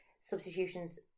substitutions